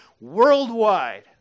worldwide